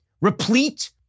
replete